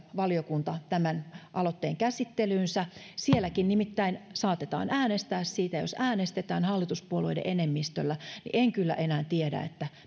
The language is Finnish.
valiokunta tämän aloitteen käsittelyynsä sielläkin nimittäin saatetaan äänestää siitä jos äänestetään hallituspuolueiden enemmistöllä niin en kyllä enää tiedä